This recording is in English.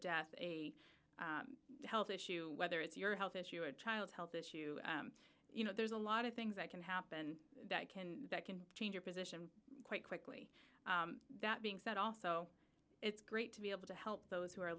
death a health issue whether it's your health issue a child health issue you know there's a lot of things that can happen that can that can change your position quite quickly that being said also it's great to be able to help those who are a